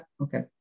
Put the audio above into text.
okay